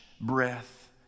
breath